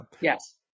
Yes